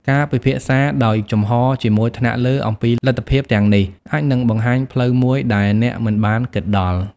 ការពិភាក្សាដោយចំហរជាមួយថ្នាក់លើអំពីលទ្ធភាពទាំងនេះ អាចនឹងបង្ហាញផ្លូវមួយដែលអ្នកមិនបានគិតដល់។